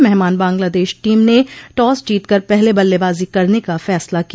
मेहमान बंगलादेश टीम ने टॉस जीतकर पहले बल्लेबाजी करने का फैसला किया